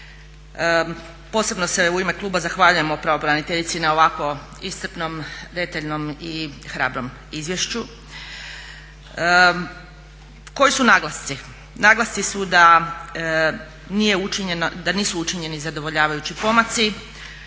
posebno se u ime kluba zahvaljujemo pravobraniteljici na ovako iscrpnom, detaljnom i hrabrom izvješću. Koji su naglasci? Naglasci su da nisu učinjeni zadovoljavajući pomaci,